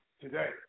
today